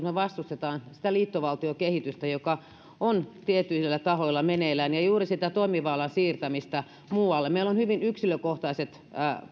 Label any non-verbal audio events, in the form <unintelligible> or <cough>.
<unintelligible> me vastustamme sitä liittovaltiokehitystä joka on tietyillä tahoilla meneillään ja juuri sitä toimivallan siirtämistä muualle meillä on hyvin yksilökohtaiset